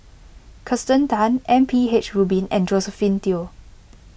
Kirsten Tan M P H Rubin and Josephine Teo